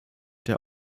der